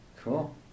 cool